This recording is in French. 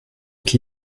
qui